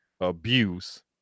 abuse